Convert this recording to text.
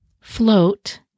float